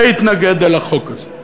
להתנגד לחוק הזה.